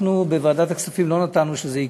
אנחנו, בוועדת הכספים, לא נתנו שזה יקרה.